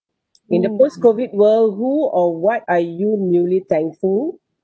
in the post COVID world who or what are you newly thankful